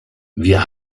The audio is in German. wir